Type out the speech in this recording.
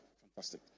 fantastic